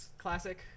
Classic